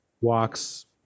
walks